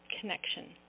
connection